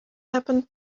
happened